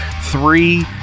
three